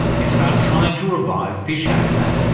it's about trying to revive fish habitat.